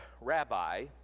rabbi